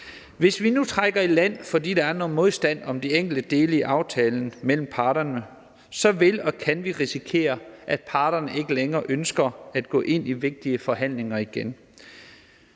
Hvis vi nu trækker i land, fordi der er noget modstand mod de enkelte dele i aftalen mellem parterne, så kan og vil vi risikere, at parterne ikke længere ønsker at gå ind i vigtige forhandlinger igen.